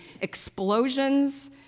explosions